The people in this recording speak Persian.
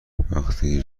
وقتی